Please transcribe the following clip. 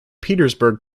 petersburg